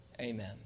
Amen